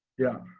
yeah.